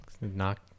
Knock